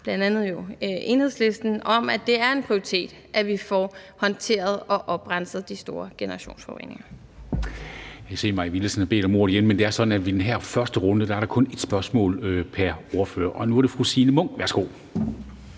har, bl.a. jo Enhedslisten, at det er en prioritet, at vi får håndteret og oprenset de store generationsforureninger.